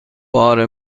بار